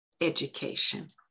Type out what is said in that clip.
education